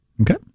Okay